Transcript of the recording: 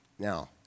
Now